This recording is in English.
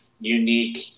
unique